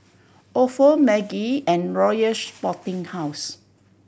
Ofo Maggi and Royal Sporting House